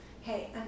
Hey